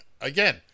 again